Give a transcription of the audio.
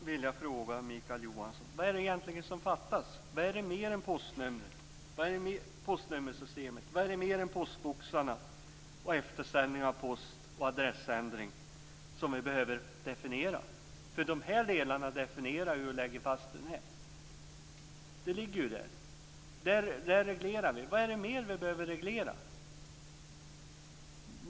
Fru talman! Mikael Johansson, vad är det egentligen som fattas? Vad är det mer som vi - alltså utöver postnummersystemet, postboxarna, eftersändningen av post och adressändringen - behöver definiera? Nämnda delar definieras ju och läggs fast här. Där reglerar vi. Men vad är det som ytterligare behöver regleras?